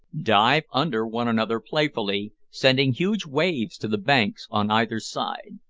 dive under one another playfully, sending huge waves to the banks on either side.